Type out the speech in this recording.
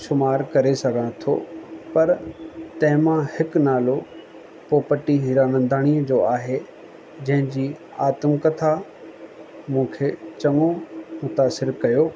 शुमार करे सघां थो पर तंहिं मां हिकु नालो पोपटी हीरानंदानी जो आहे जंहिंजी आत्मकथा मूंखे चङो मुतासिर कयो